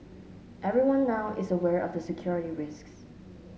everyone now is aware of the security risks